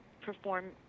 perform